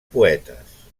poetes